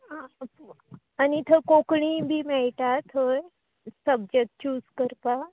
आं आनी थंय कोंकणी बी मेळटा थंय सबजक्ट चूज करपाक